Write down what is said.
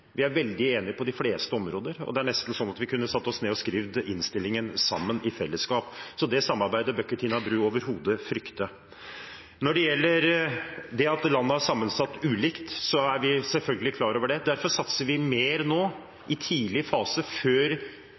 Vi er veldig enige på de fleste områder, og det er nesten sånn at vi kunne satt oss ned og skrevet innstillingen sammen – i fellesskap. Så det samarbeidet behøver ikke Tina Bru å frykte overhodet. Når det gjelder at det er ulike forhold rundt omkring i landet, er vi selvfølgelig klar over det. Derfor satser vi mer nå i tidlig